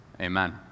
Amen